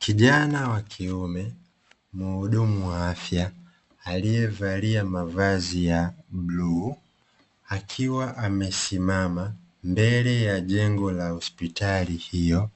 Kijana wa kiume, mhudumu wa afya, aliyevalia mavazi ya bluu, akiwa amesimama mbele ya jengo la hospitali hiyo,